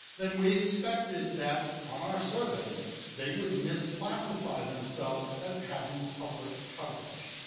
then we expected that on our survey they would misclassify themselves as having public coverage.